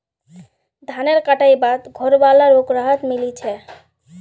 धानेर कटाई बाद घरवालोक राहत मिली छे